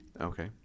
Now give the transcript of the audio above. Okay